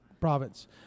province